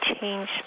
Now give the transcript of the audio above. change